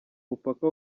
mupaka